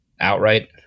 outright